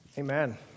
Amen